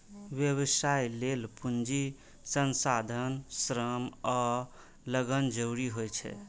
व्यवसाय लेल पूंजी, संसाधन, श्रम आ लगन जरूरी होइ छै